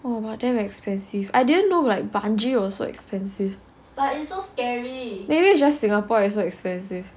!wah! damn expensive I didn't know like bungee was so expensive maybe it's just singapore is so expensive